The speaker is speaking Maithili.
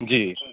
जी